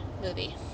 movie